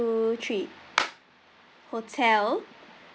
two three hotel